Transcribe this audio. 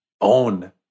own